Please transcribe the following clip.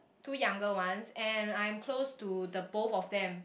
two youngers ones and I am close to the both of them